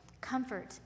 comfort